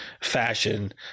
fashion